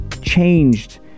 changed